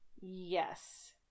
Yes